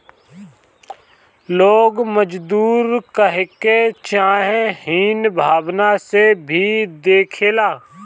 लोग मजदूर कहके चाहे हीन भावना से भी देखेला